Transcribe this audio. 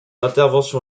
intervention